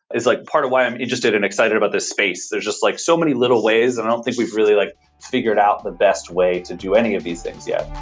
is like part of why i'm interested and excited about this space. there's just like so many little ways, and i don't think we've really like figured out the best way to do any of these things yet.